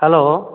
hello